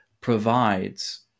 provides